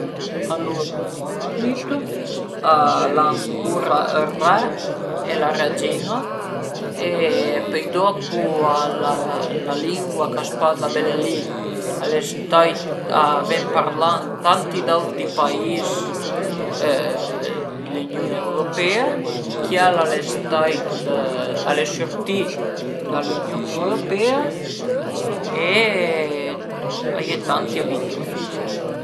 La coza pi rumenatica che mi l'abiu mai vist al e ël tramunt al mar cuandi l'eru a Cesenatico e al e propi piazüme përché l'avìu mai vist ën tramonto parei, ma gnanca l'alba përché al e stait propi bel